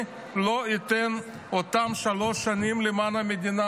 לא ייתן את אותן שלוש שנים למען המדינה?